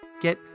Get